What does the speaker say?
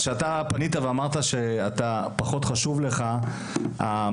כשאתה פנית ואמרת שפחות חשוב לך המחקר